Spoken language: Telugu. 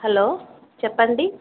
హలో చెప్పండి